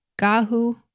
Gahu